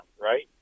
right